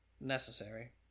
necessary